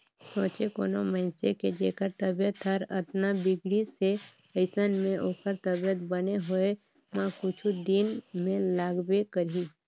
सोंचे कोनो मइनसे के जेखर तबीयत हर अतना बिगड़िस हे अइसन में ओखर तबीयत बने होए म कुछ दिन तो लागबे करही